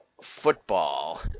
Football